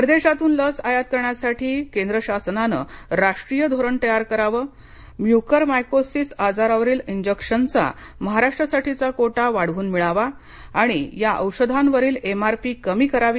परदेशातून लस आयात करण्यासाठी केंद्र शासनाने राष्ट्रीय धोरण तयार करावं म्युकरमायकोसीस आजारावरील इंजेक्शनचा महाराष्ट्रासाठी कोटा वाढवून मिळावा आणि या औषधावरील एमआरपी कमी करावी